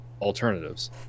alternatives